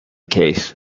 case